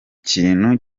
kintu